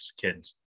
kids